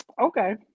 Okay